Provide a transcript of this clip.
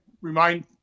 remind